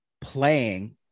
playing